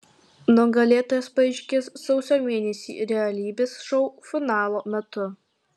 nugalėtojas paaiškės sausio mėnesį realybės šou finalo metu